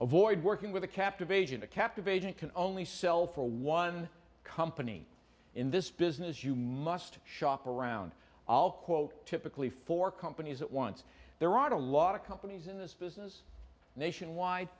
avoid working with a captive agent a captive agent can only sell for one company in this business you must shop around i'll quote typically four companies at once there are a lot of companies in this business nationwide